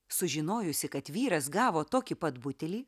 sužinojusi kad vyras gavo tokį pat butelį